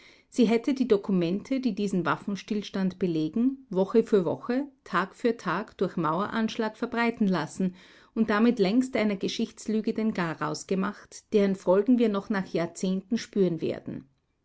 sie hätte die dokumente die diesen waffenstillstand belegen woche für woche tag für tag durch maueranschlag verbreiten lassen und damit längst einer geschichtslüge den garaus gemacht deren folgen wir noch nach jahrzehnten spüren werden